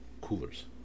Coolers